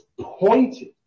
pointed